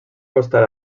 costar